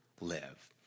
live